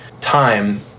time